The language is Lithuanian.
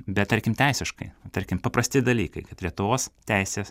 bet tarkim teisiškai tarkim paprasti dalykai kad lietuvos teisės